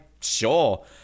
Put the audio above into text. sure